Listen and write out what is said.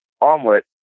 omelet